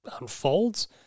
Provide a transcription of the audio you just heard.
unfolds